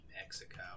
Mexico